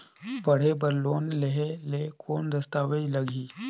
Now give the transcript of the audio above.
पढ़े बर लोन लहे ले कौन दस्तावेज लगही?